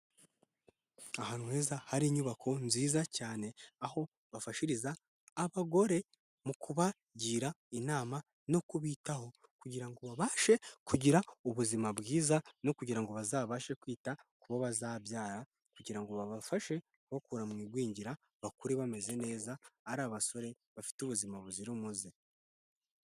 Ahantu heza hari inyubako nziza cyane, aho bafashiriza abagore mu kubagira inama no kubitaho kugira ngo babashe kugira ubuzima bwiza no kugira ngo bazabashe kwita ku bo bazabyara kugira ngo babafashe bakura mu igwingira bakure bameze neza, ari abasore bafite ubuzima buzira umuze.